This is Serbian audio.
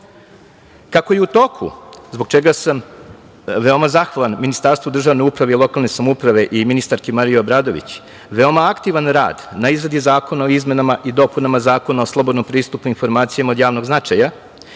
je u toku, zbog čega sam veoma zahvalan Ministarstvu državne uprave i lokalne samouprave i ministarki Mariji Obradović, veoma aktivan rad na izradi zakona o izmenama i dopunama Zakona o slobodnom pristupu informacijama od javnog značaja